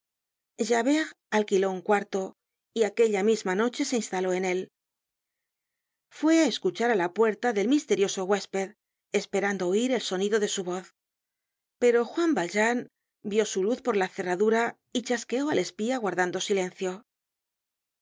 tocado javert alquiló un cuarto y aquella misma noche se instaló en él fué á escuchar á la puerta del misterioso huésped esperando oir el sonido de su voz pero juan valjean vió su luz por la cerradura y chasqueó al espía guardando silencio al